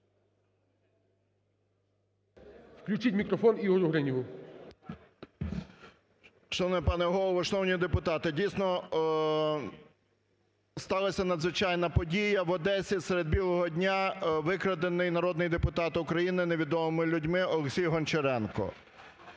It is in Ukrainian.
Включіть мікрофон Ігорю Гриніву. 14:03:51 ГРИНІВ І.О. Шановний пане Голово! Шановні депутати! Дійсно сталася надзвичайна подія в Одесі серед білого дня викрадений народний депутат України невідомими людьми Олексій Гончаренко.